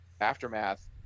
aftermath